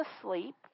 asleep